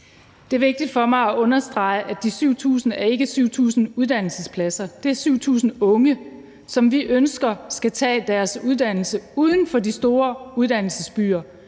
Det er vigtigt for mig at understrege, at de 7.000 ikke er 7.000 uddannelsespladser. Det er 7.000 unge, som vi ønsker skal tage deres uddannelse uden for de store uddannelsesbyer.